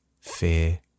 fear